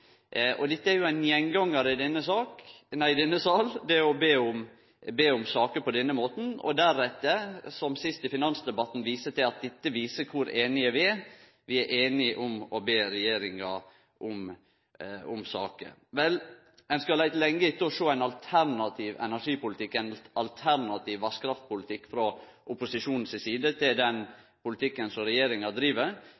Ein gjengangar i denne salen er jo å be om saker på denne måten og deretter – som sist i finansdebatten – vise til at dette viser kor einige vi er – vi er einige om å be regjeringa om saker. Ein skal leite lenge for å sjå ein energipolitikk og ein vasskraftpolitikk frå opposisjonen si side som er eit alternativ til den